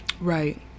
Right